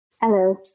Hello